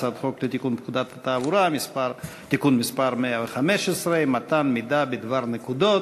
הצעת חוק לתיקון פקודת התעבורה (מס' 115) (מתן מידע בדבר נקודות).